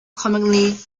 commonly